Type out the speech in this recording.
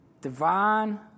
Divine